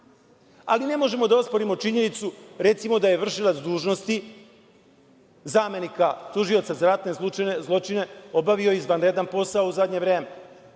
ne možemo da osporimo činjenicu, recimo, da je vršilac dužnosti zamenika tužioca za ratne zločine obavio izvanredan posao u poslednje vreme